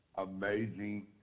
amazing